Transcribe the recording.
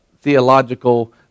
theological